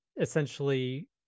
essentially